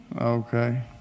Okay